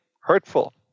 hurtful